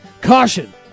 Caution